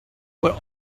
where